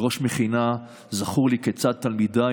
כראש מכינה זכור לי כיצד תלמידיי,